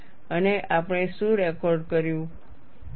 અને આપણે શું રેકોર્ડ કર્યું છે